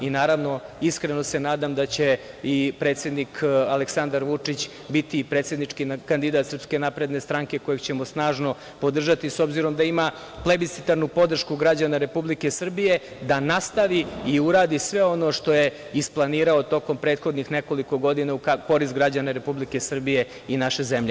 Iskreno se nadam da će i predsednik Aleksandar Vučić biti predsednički kandidat SNS, kojeg ćemo snažno podržati, s obzirom da ima plebiscitarnu podršku građana Republike Srbije, da nastavi i uradi sve ono što je isplanirao tokom prethodnih nekoliko godina u korist građana Republike Srbije i naše zemlje.